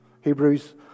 Hebrews